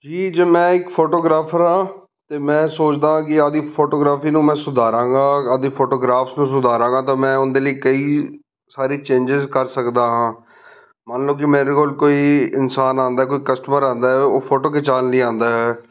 ਜੀ ਜ ਮੈਂ ਇੱਕ ਫੋਟੋਗ੍ਰਾਫਰ ਹਾਂ ਅਤੇ ਮੈਂ ਸੋਚਦਾ ਕਿ ਆਪਦੀ ਫੋਟੋਗ੍ਰਾਫੀ ਨੂੰ ਮੈਂ ਸੁਧਾਰਾਂਗਾ ਆਪਦੀ ਫੋਟੋਗਰਾਫਸ ਨੂੰ ਸੁਧਾਰਾਂਗਾ ਤਾਂ ਮੈਂ ਉਹਦੇ ਲਈ ਕਈ ਸਾਰੇ ਚੇਂਜਿਸ ਕਰ ਸਕਦਾ ਹਾਂ ਮੰਨ ਲਓ ਕਿ ਮੇਰੇ ਕੋਲ ਕੋਈ ਇਨਸਾਨ ਆਉਂਦਾ ਕੋਈ ਕਸਟਮਰ ਆਉਂਦਾ ਉਹ ਫੋਟੋ ਖਿਚਾਉਣ ਲਈ ਆਉਂਦਾ ਹੈ